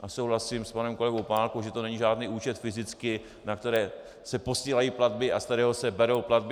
A souhlasím s panem kolegou Opálkou, že to není žádný účet fyzicky, na který se posílají platby a ze kterého se berou platby.